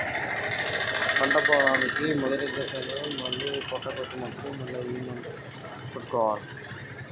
పంట పొలానికి ఏ సమయంలో మందులు కొట్టాలి?